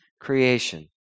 creation